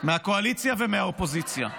מהקואליציה ומהאופוזיציה.